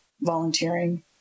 volunteering